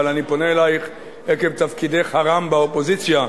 אבל אני פונה אלייך עקב תפקידך הרם באופוזיציה,